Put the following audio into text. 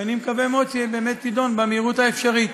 ואני מקווה מאוד שבאמת יידונו במהירות האפשרית.